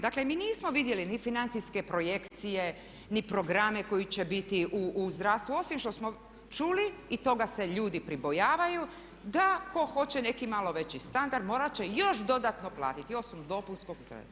Dakle, mi nismo vidjeli ni financijske projekcije, ni programe koji će biti u zdravstvu, osim što smo čuli, i toga se ljudi pribojavaju, da tko hoće neki malo veći standard morat će još dodatno platiti osim dopunskog.